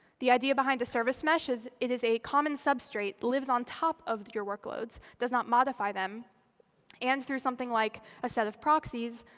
the idea behind a service mesh is it is a common substrate that lives on top of your workloads does not modify them and through something like a set of proxies,